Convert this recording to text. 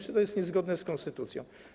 Czy to jest niezgodne z konstytucją?